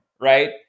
right